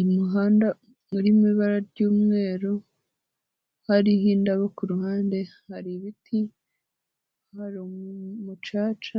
umuhanda urimo ibara ry'umweru, hariho indabo ku ruhande, hari ibiti, hari umucaca.